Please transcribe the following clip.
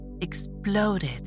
exploded